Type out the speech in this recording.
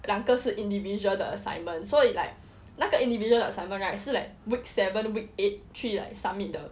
两个是 individual 的 assignment so it's like 那个 individual assignment right 是 like week seven week eight 去 like submit 的